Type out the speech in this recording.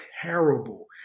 terrible